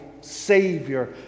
savior